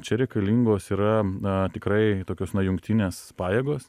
čia reikalingos yra a tikrai tokios na jungtinės pajėgos